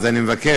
אז אני מבקש,